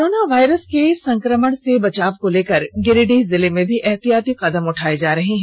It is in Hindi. कोरोना वायरस के संक्रमण से बचाव को लेकर गिरिडीह जिले में भी एहतियाती कदम उठाए जा रहे हैं